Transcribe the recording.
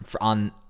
on